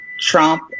Trump